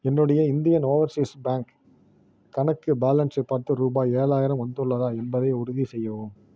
என்னுடைய Indian overseas bank கணக்கு பேலன்ஸை பார்த்து ரூபாய் ஏழாயிரம் வந்துள்ளதா என்பதை உறுதிசெய்யவும்